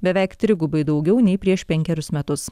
beveik trigubai daugiau nei prieš penkerius metus